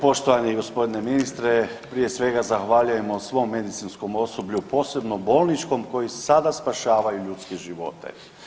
Poštovani gospodine ministre, prije svega zahvaljujemo svom medicinskom osoblju posebno bolničkom koji sada spašavaju ljudske živote.